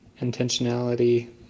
intentionality